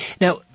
Now